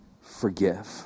forgive